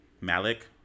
Malik